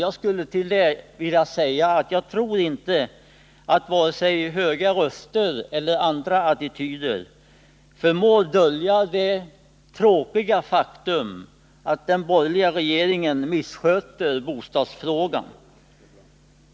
Jag skulle till det vilja säga att jag inte tror att vare sig höga röster eller andra attityder förmår att dölja det tråkiga faktum att den borgerliga regeringen missköter bostadsfrågan.